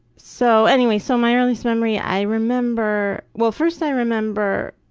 so, anyway, so my earliest memory, i remember, well, first i remember